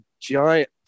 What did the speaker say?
giant